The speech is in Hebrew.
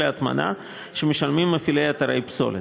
ההטמנה שמשלמים מפעילי אתרי פסולת.